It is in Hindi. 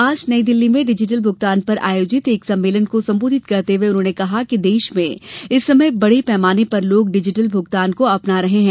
आज नई दिल्ली में डिजिटल भुगतान पर आयोजित एक सम्मेलन को संबोधित करते हुए उन्होंने कहा कि देश में इस समय बड़े पैमाने पर लोग डिजिटल भूगतान को अपना रहे हैं